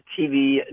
TV